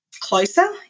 Closer